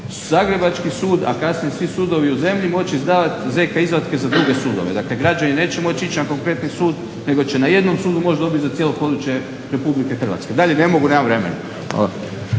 zagrebački sud, a kasnije svi sudovi u zemlji moći izdavati ZK izvatke za druge sudove. Dakle, građani neće moći ići na konkretni sud nego će na jednom sudu moći dobit za cijelo područje Republike Hrvatske. Dalje ne mogu, nemam vremena.